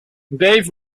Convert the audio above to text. dave